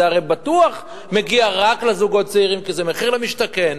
וזה הרי בטוח מגיע רק לזוגות צעירים כי זה מחיר למשתכן,